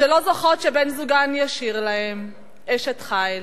שלא זוכות שבן-זוגן ישיר להן "אשת חיל",